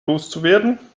loszuwerden